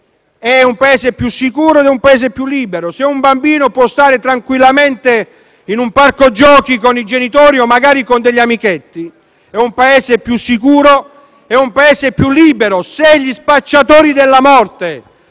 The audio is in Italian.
il Paese è più sicuro e più libero; se un bambino può stare tranquillamente in un parco giochi con i genitori o magari con degli amichetti, il Paese è più sicuro e più libero;